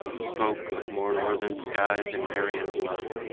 spoke of more northern skies and aryan blood,